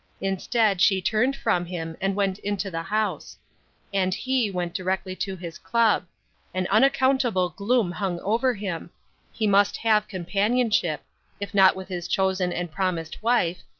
instead, she turned from him and went into the house and he went directly to his club an unaccountable gloom hung over him he must have companionship if not with his chosen and promised wife,